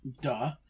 Duh